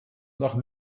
nach